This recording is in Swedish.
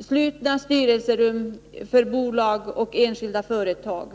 slutna styrelserum för bolag och enskilda företag.